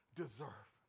deserve